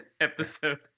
episode